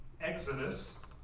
Exodus